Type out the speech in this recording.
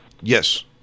Yes